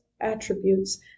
attributes